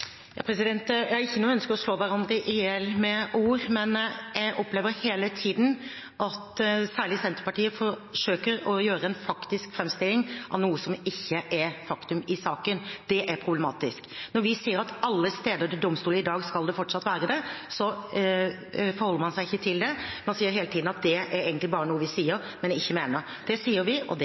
Jeg har ikke noe ønske om å slå hverandre i hjel med ord, men jeg opplever hele tiden at særlig Senterpartiet forsøker å gjøre en faktisk framstilling av noe som ikke er faktum i saken. Det er problematisk. Når vi sier at alle steder der det er domstoler i dag, skal det fortsatt være det, forholder man seg ikke til det. Man sier hele tiden at det egentlig bare er noe vi sier, men ikke mener. Det sier vi, og det